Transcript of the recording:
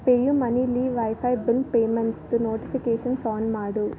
ಪೇಯುಮನಿಲಿ wifi bill ಪೇಮೆಂಟ್ಸ್ದು notifications on ಮಾಡು